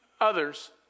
others